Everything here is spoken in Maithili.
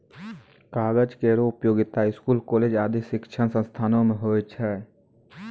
कागज केरो उपयोगिता स्कूल, कॉलेज आदि शिक्षण संस्थानों म होय छै